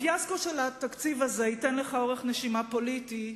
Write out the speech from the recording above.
הפיאסקו של התקציב הזה ייתן לך אורך נשימה פוליטי,